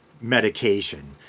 medication